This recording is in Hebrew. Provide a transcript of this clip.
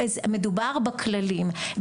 אז מדובר בכללים,